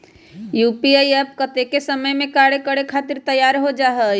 UPI app कतेइक समय मे कार्य करे खातीर तैयार हो जाई?